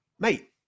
Mate